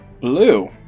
Blue